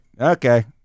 okay